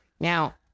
Now